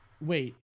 wait